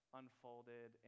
unfolded